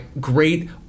great-